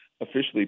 officially